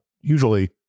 usually